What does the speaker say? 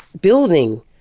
building